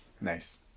Nice